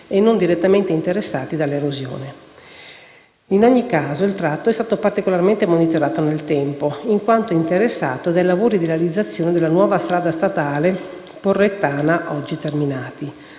e non direttamente interessati dall'erosione. In ogni caso, il tratto è stato particolarmente monitorato nel tempo, in quanto interessato dai lavori di realizzazione della nuova strada statale Porrettana, oggi terminati.